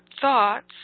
thoughts